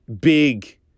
big